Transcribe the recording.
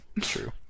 true